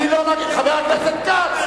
חבר הכנסת כץ,